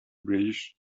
bridge